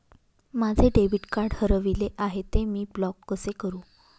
माझे debit card हरविले आहे, ते मी ब्लॉक कसे करु?